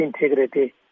integrity